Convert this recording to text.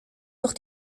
noch